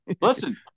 Listen